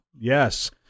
yes